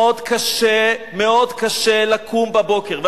מאוד קשה לקום בבוקר,